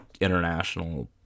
International